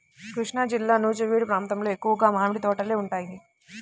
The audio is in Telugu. కృష్ణాజిల్లా నూజివీడు ప్రాంతంలో ఎక్కువగా మామిడి తోటలే ఉంటాయి